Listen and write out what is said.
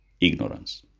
ignorance